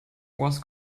was